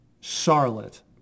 Charlotte